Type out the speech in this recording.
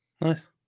nice